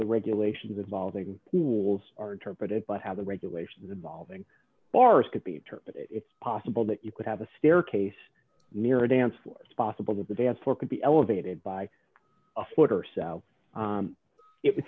the regulations involving pools are interpreted but how the regulations involving bars could be interpreted it's possible that you could have a staircase near a dance floor possible that the dance floor could be elevated by a foot or so it would